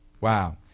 Wow